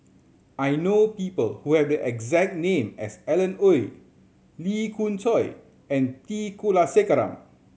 I know people who have the exact name as Alan Oei Lee Khoon Choy and T Kulasekaram